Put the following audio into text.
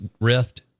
rift